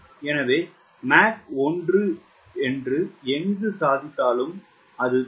எனவே மாக் 1 எங்கு சாதித்தாலும் அதுதான்